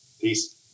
Peace